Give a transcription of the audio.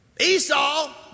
Esau